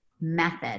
Method